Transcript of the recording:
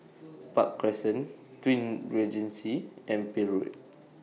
Park Crescent Twin Regency and Peel Road